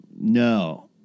No